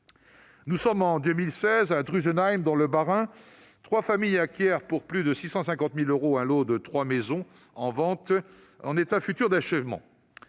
Nous sommes en 2016 à Drusenheim, dans le Bas-Rhin, où trois familles acquièrent, pour plus de 650 000 euros, un lot de trois maisons en vente en état futur d'achèvement.